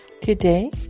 Today